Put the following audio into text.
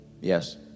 Yes